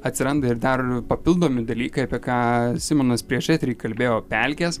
atsiranda ir dar papildomi dalykai apie ką simonas prieš eterį kalbėjo pelkės